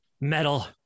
Metal